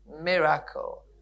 miracle